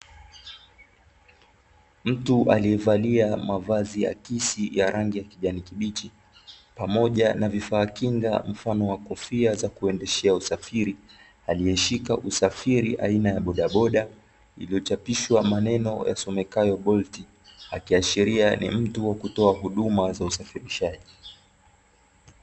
Mtu aliyevalia mavazi ya kisi ya rangi ya kijani kibichi, pamoja na vifaa kinga mfano wakofia za kuendeshea usafiri, aliyeshika usafiri aina ya bodaboda iliyo chapishwa maneno yasomekayo (Bolt). Akiashiria ni mtu wa kutoa huduma za usafirishaji.